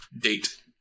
date